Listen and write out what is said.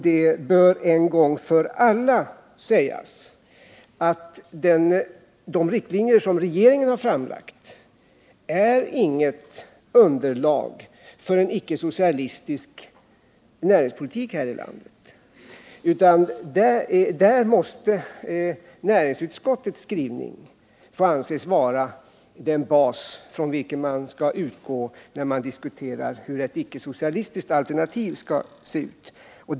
Det bör en gång för alla sägas att de riktlinjer som regeringen har framlagt inte utgör något underlag för en icke-socialistisk näringspolitik här i landet, utan där måste näringsutskottets skrivning få anses vara den bas, från vilken man skall utgå när man diskuterar hur ett icke-socialistiskt alternativ skall se ut.